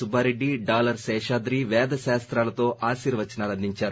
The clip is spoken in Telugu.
సుబ్బారెడ్డి డాలర్ శేషాద్రి వేద శాస్తాలతో ఆశీర్వచనాలు అందచేశారు